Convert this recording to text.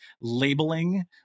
labeling